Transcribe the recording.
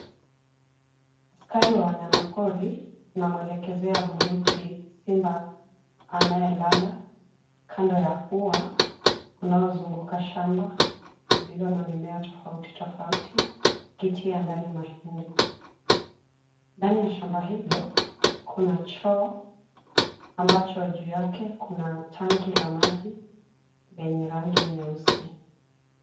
Askari wa wanyama pori anamwelekezea bunduki simba anaye lala kando ya ua unaozunguka shamba lililo na mimea tofauti tofauti, ukitia ndani mahindi. Ndani ya shamba hilo kuna choo ambacho juu yake kuna tanki la maji lenye rangi nyeusi.